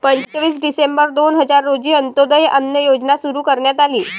पंचवीस डिसेंबर दोन हजार रोजी अंत्योदय अन्न योजना सुरू करण्यात आली